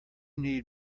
need